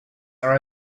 are